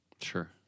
Sure